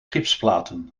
gipsplaten